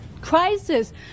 crisis